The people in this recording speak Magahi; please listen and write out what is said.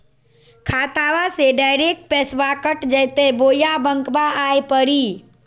खाताबा से डायरेक्ट पैसबा कट जयते बोया बंकबा आए परी?